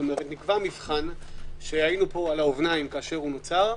כלומר נקבע מבחן שהיינו פה על האבניים כאשר הוא נותר,